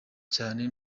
cyane